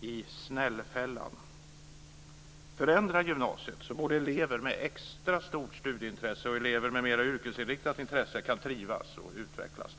i snällfällan. Det gäller att förändra gymnasiet så att både elever med extra stort studieintresse och elever med mer yrkesinriktat intresse kan trivas och utvecklas där.